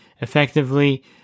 effectively